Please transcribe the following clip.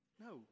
No